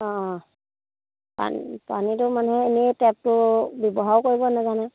অঁ অঁ পানীটো মানুহে এনেই টেপটো ব্যৱহাৰ কৰিব নাজানে